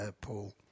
Paul